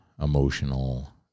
emotional